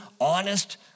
honest